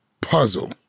puzzle